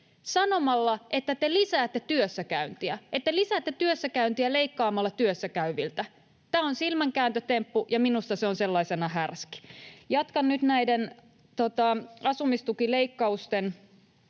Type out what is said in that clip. sanomalla, että te lisäätte työssäkäyntiä, että te lisäätte työssäkäyntiä leikkaamalla työssäkäyviltä. Tämä on silmänkääntötemppu, ja minusta se on sellaisena härski. Jatkan nyt näiden ihmisten, joihin